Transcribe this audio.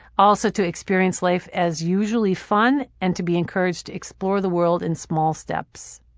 also to experience life as usually fun and to be encouraged to explore the world in small steps.